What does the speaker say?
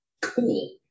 Cool